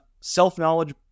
self-knowledge